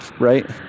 right